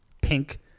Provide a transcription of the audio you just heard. pink